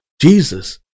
Jesus